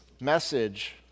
message